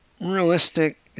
realistic